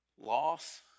loss